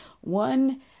one